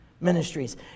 Ministries